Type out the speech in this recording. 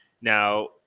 Now